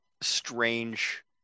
strange